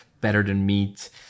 better-than-meat